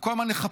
וכל הזמן נחפש: